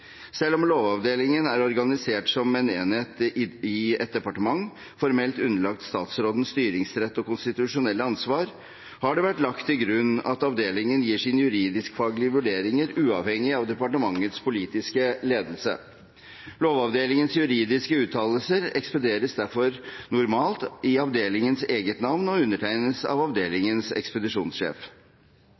Selv om Lovavdelingen er organisert som en enhet i et departement, formelt underlagt statsrådens styringsrett og konstitusjonelle ansvar, har det vært lagt til grunn at avdelingen gir sine juridisk-faglige vurderinger uavhengig av departementets politiske ledelse. Lovavdelingens juridiske uttalelser ekspederes derfor normalt i avdelingens eget navn og undertegnes av avdelingens ekspedisjonssjef.